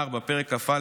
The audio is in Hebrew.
פרק כ"א,